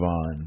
on